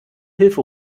hilfe